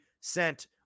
sent